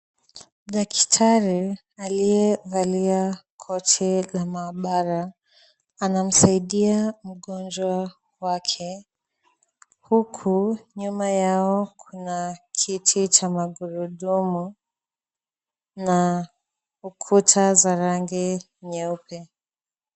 Daktari aliyevalia koti la maabara anamsaidia mgonjwa wake huku nyuma yao kuna kiti cha magurudumu na ukuta za rangi nyeupe.